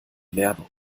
werbung